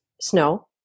snow